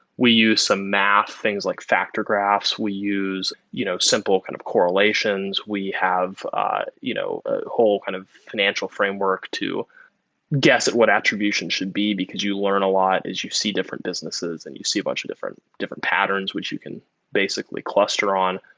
we use some math, things like factor graphs. we use you know simple simple kind of correlations. we have you know ah whole kind of financial framework to guess what attribution should be, because you learn a lot as you see different businesses and you see a bunch of different different patterns, which you can basically cluster on.